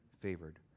favored